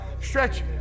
stretch